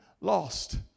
lost